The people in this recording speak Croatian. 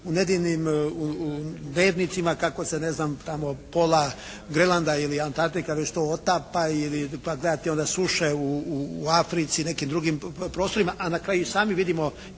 u nedjeljnim dnevnicima kako se ne znam tamo pola Grenlanda ili Antarktika već to otapa, pa gledati onda suše u Africi, nekim drugim prostorima. A na kraju i sami vidimo